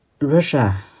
Russia